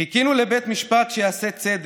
חיכינו לבית משפט שיעשה צדק,